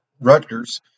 Rutgers